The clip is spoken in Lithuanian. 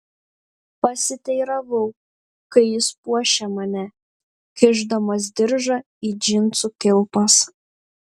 pasiteiravau kai jis puošė mane kišdamas diržą į džinsų kilpas